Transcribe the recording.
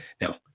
now